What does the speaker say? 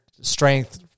strength